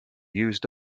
used